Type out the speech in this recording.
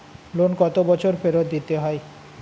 Loan কত বছরে ফেরত দিতে হয়?